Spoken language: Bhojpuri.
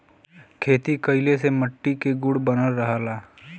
खेती कइले से मट्टी के गुण बनल रहला